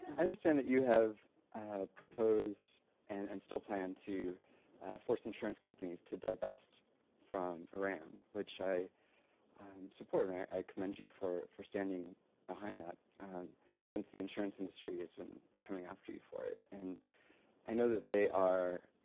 and understand that you have ah proposed and and still plan to force insurance companies to diverse from iran, which i support. i commend you for for standing behind that since the insurance industry has been coming after you for it. and i know that they are